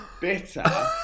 bitter